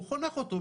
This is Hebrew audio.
הוא חונך אותו.